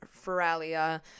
Feralia